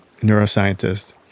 neuroscientist